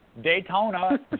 Daytona